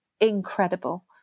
incredible